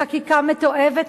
בחקיקה מתועבת,